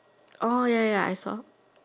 oh ya ya ya I saw